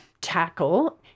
tackle